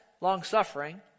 long-suffering